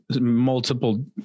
multiple